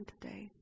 today